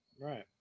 Right